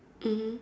mmhmm